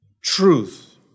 truth